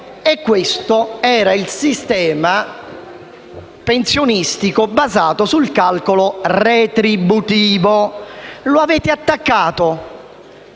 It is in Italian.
Questo era il sistema pensionistico basato sul calcolo retributivo. Lo avete attaccato.